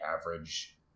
average